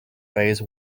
phase